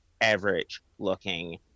average-looking